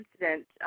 incident